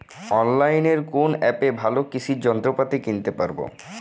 অনলাইনের কোন অ্যাপে ভালো কৃষির যন্ত্রপাতি কিনতে পারবো?